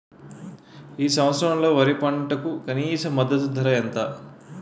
ఈ సంవత్సరంలో వరి పంటకు కనీస మద్దతు ధర ఎంత?